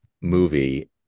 movie